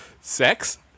Sex